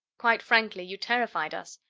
quite frankly, you terrified us.